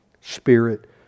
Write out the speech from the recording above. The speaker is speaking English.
spirit